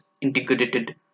Integrated